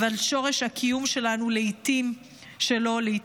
אבל שורש הקיום שלו לעיתים נעדר.